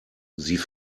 sie